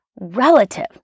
relative